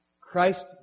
Christ